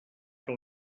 que